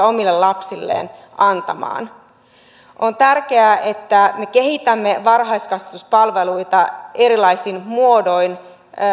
omille lapsilleen antamaan on tärkeää että me kehitämme varhaiskasvatuspalveluita erilaisin muodoin